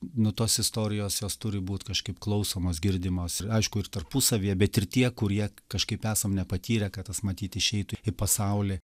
nu tos istorijos jos turi būt kažkaip klausomos girdimos aišku ir tarpusavyje bet ir tie kurie kažkaip esam nepatyrę kad tas matyt išeitų į pasaulį